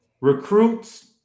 recruits